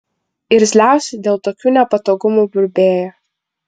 irzliausi dėl tokių nepatogumų burbėjo